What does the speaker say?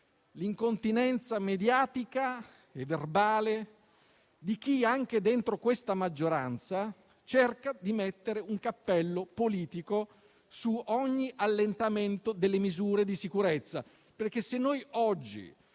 l'incontinenza mediatica e verbale di chi, anche dentro questa maggioranza, cerca di mettere un cappello politico su ogni allentamento delle misure di sicurezza. Se oggi